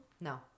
No